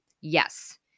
Yes